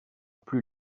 plus